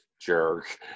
jerk